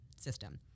system